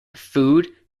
food